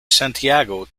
santiago